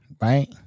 Right